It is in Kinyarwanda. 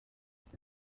dore